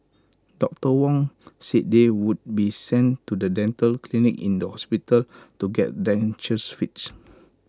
doctor Wong said they would be sent to the dental clinic in the hospital to get dentures fixed